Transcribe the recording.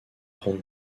ronde